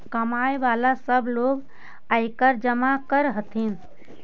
कमाय वला सब लोग आयकर जमा कर हथिन